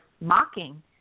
mocking